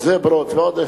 "זברות" ועוד.